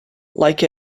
like